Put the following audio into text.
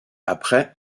après